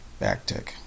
backtick